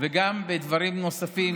וגם בדברים נוספים